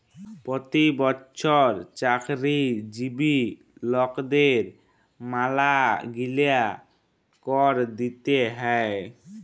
পতি বচ্ছর চাকরিজীবি লকদের ম্যালাগিলা কর দিতে হ্যয়